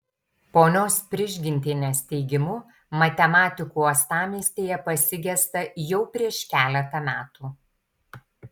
ponios prižgintienės teigimu matematikų uostamiestyje pasigesta jau prieš keletą metų